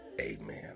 Amen